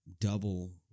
double